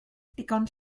digon